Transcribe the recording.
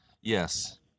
Yes